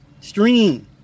Stream